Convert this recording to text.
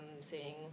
seeing